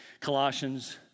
Colossians